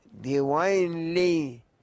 divinely